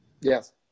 Yes